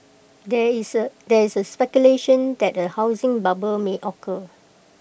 there is there is A speculation that A housing bubble may occur